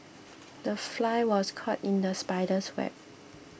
the fly was caught in the spider's web